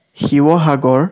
Sivasagar